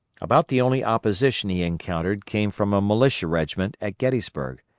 about the only opposition he encountered came from a militia regiment at gettysburg,